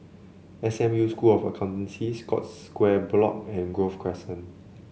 S M U School of Accountancy Scotts Square Block and Grove Crescent